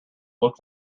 look